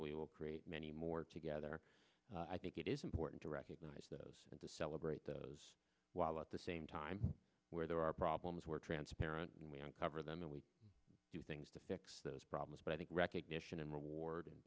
we will create many more together i think it is important to recognize that and to celebrate those while at the same time where there are problems were transparent and we don't cover them and we do things to fix those problems but i think recognition and reward